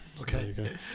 Okay